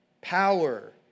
power